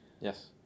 Yes